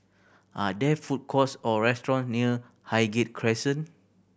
are there food courts or restaurant near Highgate Crescent